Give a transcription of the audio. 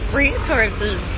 resources